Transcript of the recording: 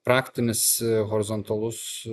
praktinis horizontalus